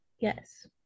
yes